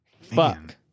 Fuck